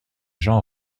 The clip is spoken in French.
jean